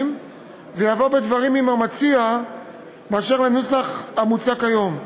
ויבוא בדברים עם המציע באשר לנוסח המוצע כיום.